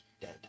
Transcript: dead